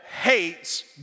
hates